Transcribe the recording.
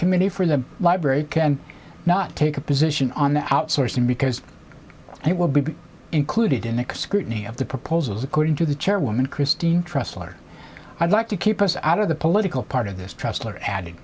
committee for the library and not take a position on the outsourcing because it will be included in the scrutiny of the proposals according to the chairwoman christine trust or i'd like to keep us out of the political part of this